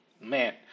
Man